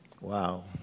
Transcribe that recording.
Wow